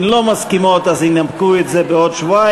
אם לא מסכימות, אז ינמקו את זה בעוד שבועיים.